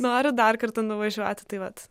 noriu dar kartą nuvažiuoti tai vat